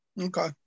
Okay